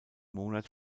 monat